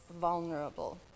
vulnerable